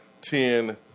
ten